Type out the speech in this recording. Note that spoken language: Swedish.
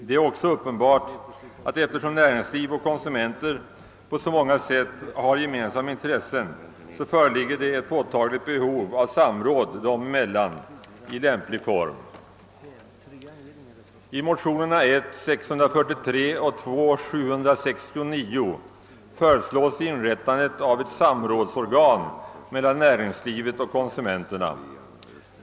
Det är också uppenbart att det, eftersom näringsliv och konsumenter på så många sätt har gemensamma intressen, föreligger ett påtagligt behov av samråd dem emellan i lämplig form. I förevarande motionspar I:643 och II: 769 föreslås inrättandet av ett samrådsorgan mellan näringslivet och konsumenterna.